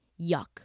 Yuck